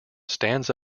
stands